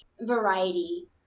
variety